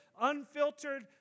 unfiltered